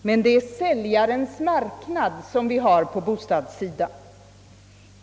Men vi har en säljarens marknad på bostadssidan.